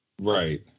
right